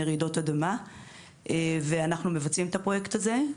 רעידות אדמה ואנחנו מבצעים את הפרויקט הזה.